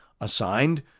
assigned